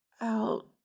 out